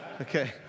Okay